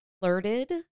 flirted